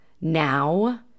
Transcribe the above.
now